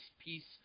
piece